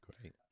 great